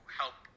help